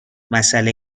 مساله